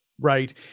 right